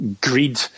greed